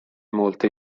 molte